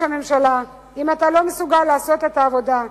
הממשלה: אם אתה לא מסוגל לעשות את העבודה,